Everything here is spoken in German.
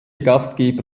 gastgeber